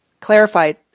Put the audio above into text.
clarified